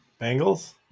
Bengals